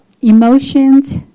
emotions